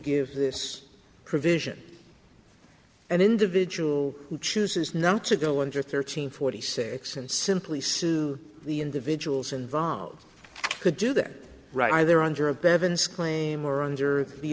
reading this provision an individual who chooses not to go under thirteen forty six and simply sue the individuals involved could do that right either under a bevins claim or under the